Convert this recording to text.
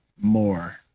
more